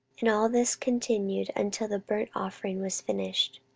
and all this continued until the burnt offering was finished.